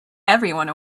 everyone